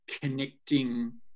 connecting